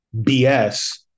BS